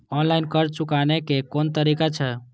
Online कर्ज चुकाने के कोन तरीका छै?